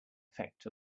effect